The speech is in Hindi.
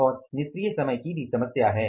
और निष्क्रिय समय की भी समस्या है